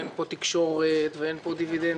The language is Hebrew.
אין פה תקשורת ואין פה דיווידנדים.